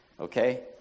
okay